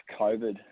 COVID